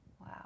Wow